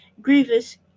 grievous